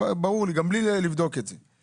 ברור לי גם בלי לבדוק את זה.